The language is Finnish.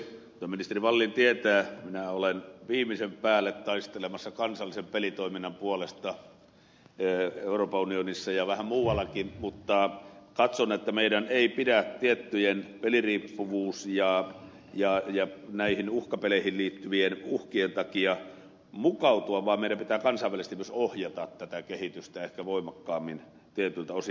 kyllä ministeri wallin tietää että minä olen viimeisen päälle taistelemassa kansallisen pelitoiminnan puolesta euroopan unionissa ja vähän muuallakin mutta katson että meidän ei pidä tiettyjen peliriippuvuus ja näihin uhkapeleihin liittyvien uhkien takia mukautua vaan meidän pitää kansainvälisesti myös ohjata tätä kehitystä ehkä voimakkaammin tietyiltä osin